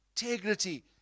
integrity